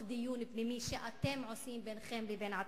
דיון פנימי שאתם עושים בינכם לבין עצמכם.